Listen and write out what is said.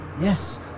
Yes